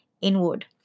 inward